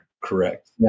Correct